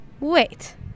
Wait